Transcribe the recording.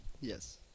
Yes